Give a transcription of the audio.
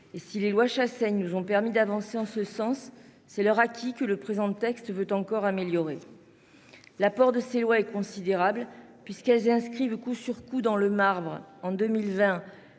Si les lois Chassaigne nous ont permis d'avancer en ce sens, c'est leur acquis que le présent texte veut encore améliorer. L'apport de ces lois est effectivement considérable pour ce qu'elles ont permis d'inscrire coup sur coup dans le marbre. En 2020,